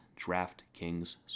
DraftKings